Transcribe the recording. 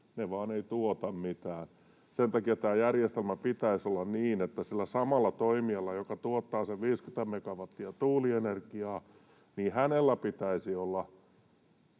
se vain ei tuota mitään. Sen takia tämän järjestelmän pitäisi olla niin, että sillä samalla toimijalla, joka tuottaa sen 50 megawattia tuulienergiaa, pitäisi olla